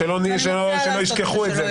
שלא ישכחו את זה.